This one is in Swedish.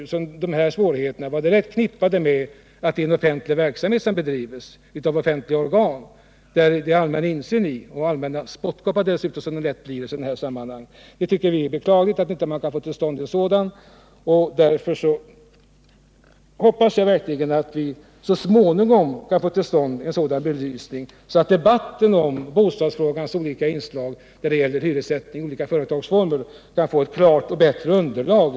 Men debatten förs som om svårigheterna var direkt förknippade med att det är en offentlig verksamhet som bedrivs av offentliga organ med Lån för underhåll allmän insyn, och de blir dessutom lätt till allmänna spottkoppar i det här v sammanhanget. Vi tycker att det är beklagligt att man inte kunnat få till stånd en belysning av detta. Jag hoppas emellertid att vi så småningom skall få till stånd en sådan, så att debatten om bostadsfrågans olika inslag när det gäller hyressättning i olika företagsformer kan få ett klart och bättre underlag.